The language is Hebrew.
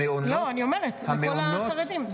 לא, אני אומרת: לכל החרדים.